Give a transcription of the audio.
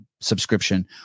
subscription